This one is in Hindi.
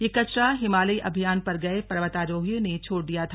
यह कचरा हिमालयी अभियान पर गए पर्वतारोहियों ने छोड़ दिया था